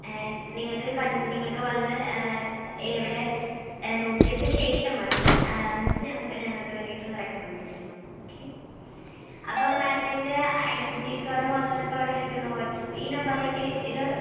നിങ്ങൾക്ക് കൺ നിങ്ങൾക്ക് വന്ന് ഇവിടെ നോക്കിയതിന് ശേഷം മതി എന്നിട്ട് ഞങ്ങ ഞങ്ങൾക്ക് വേണ്ടി ഒന്ന് റെക്കമെൻഡ് ചെയ്യണം ഓക്കെ അപ്പം മാഡത്തിന്റെ ഐഡൻറ്റിറ്റി കാർഡും ആധാർ കാർഡും എനിക്കൊന്ന് വാട്സപ്പ് ചെയ്യ് ഈ നമ്പറിലേക്ക് ഇത്